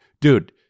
dude